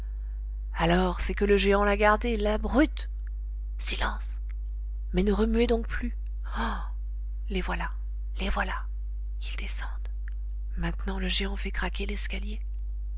alors c'est que le géant l'a gardée la brute silence mais ne remuez donc plus ah les voilà les voilà ils descendent maintenant le géant fait craquer l'escalier